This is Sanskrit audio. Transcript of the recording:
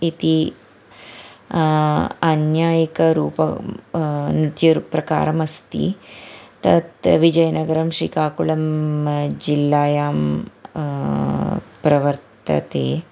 इति अन्या एकरूपम् नृत्यरूपं प्रकारम् अस्ति तत् विजयनगरं श्रीकाकुळं जिल्लायां प्रवर्तते